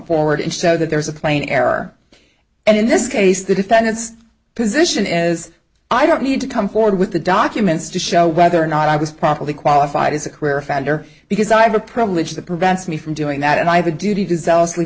forward and so that there's a plain error and in this case the defendant's position is i don't need to come forward with the documents to show whether or not i was properly qualified as a career offender because i have a privilege that prevents me from doing that and i have a duty to